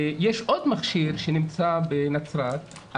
יש עוד מכשיר שנמצא בנצרת,